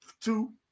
two